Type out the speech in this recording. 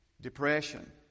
depression